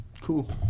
cool